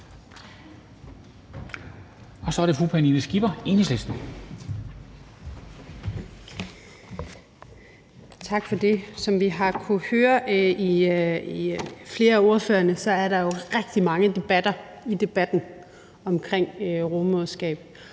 12:48 (Ordfører) Pernille Skipper (EL): Tak for det. Som vi har kunnet høre i flere af ordførernes taler, er der jo rigtig mange debatter i debatten omkring rugemoderskab